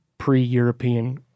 pre-European